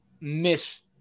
miss